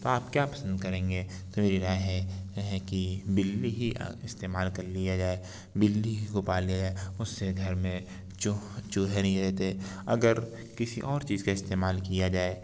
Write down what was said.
تو آپ کیا پسند کریں گے تو میری رائے ہے کی بلی ہی استعمال کر لیا جائے بلی ہی کو پال لیا جائے اس سے گھر میں چوہ چوہے نہیں رہتے اگر کسی اور چیز کا استعمال کیا جائے